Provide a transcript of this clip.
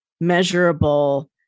measurable